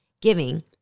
giving